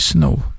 Snow